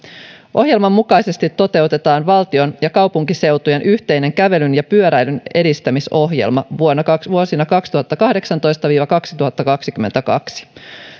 ohjelman mukaisesti toteutetaan valtion ja kaupunkiseutujen yhteinen kävelyn ja pyöräilyn edistämisohjelma vuosina kaksituhattakahdeksantoista viiva kaksituhattakaksikymmentäkaksi